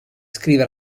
scrive